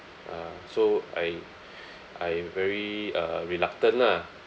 uh so I I very uh reluctant lah